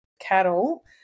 cattle